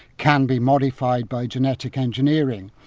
can be modified by genetic engineering.